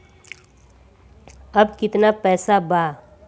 अब कितना पैसा बा?